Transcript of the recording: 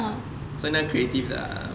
ya so 那个 creative 的